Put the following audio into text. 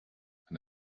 and